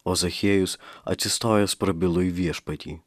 o zachiejus atsistojęs prabilo į viešpatį